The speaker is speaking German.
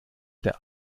der